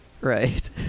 right